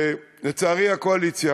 לצערי, הקואליציה